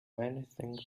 anything